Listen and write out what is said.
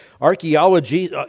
archaeology